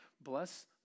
bless